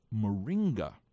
moringa